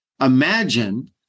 imagine